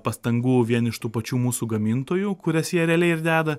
pastangų vien iš tų pačių mūsų gamintojų kurias jie realiai ir deda